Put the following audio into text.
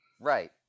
Right